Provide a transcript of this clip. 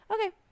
Okay